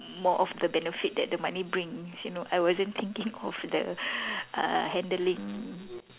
more of the benefit that the money brings you know I wasn't thinking of the uh handling